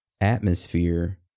atmosphere